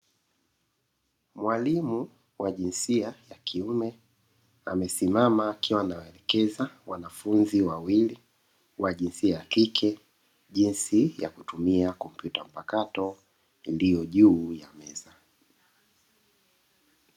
Mwalimu wa jinsia ya kiume amesimama akiwa anawaelekeza wanafunzi wawili wa jinsia ya kike, jinsi ya kutumia kompyuta mpakato iliyo juu ya meza.